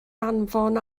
anfon